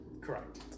Correct